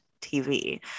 tv